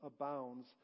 abounds